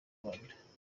rwanda